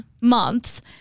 months